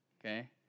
okay